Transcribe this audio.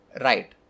Right